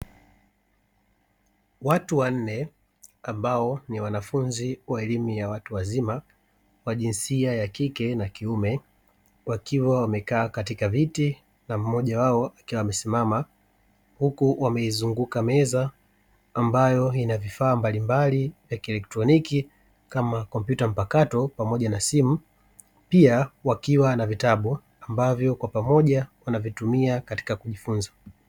Watu wanne ambao ni wanafunzi wa elimu ya watu wazima, wa jinsia ya kike na ya kiume, wakiwa wamekaa katika viti na mmoja wao akiwa amesimama, huku wameizunguka meza ambayo ina vifaa mbalimbali vya kielektroniki kama kompyuta mpakato pamoja na simu, pia wakiwa na vitabu ambavyo kwa pamoja wanavitumia katika kujifunza.